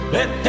Let